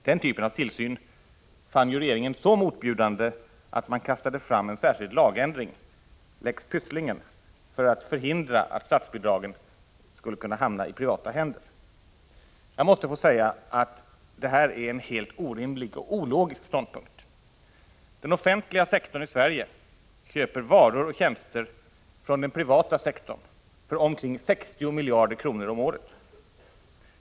Den typen av tillsyn fann ju regeringen så motbjudande att man kastade fram en särskild lagändring, lex Pysslingen, för att förhindra att statsbidragen skulle kunna hamna i privata händer. Det här är en helt orimlig och helt ologisk ståndpunkt. Den offentliga sektorn i Sverige köper varor och tjänster från den privata sektorn för omkring 60 miljarder kronor om året.